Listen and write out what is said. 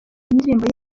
indirimbo